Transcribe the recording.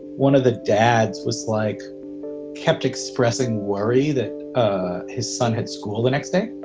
one of the dads was like kept expressing worry that his son had school the next day.